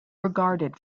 regarded